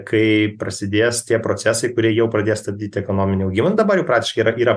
kai prasidės tie procesai kurie jau pradės stabdyt ekonominį augimą nu dabar praktiškai yra yra